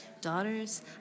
daughters